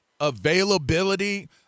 availability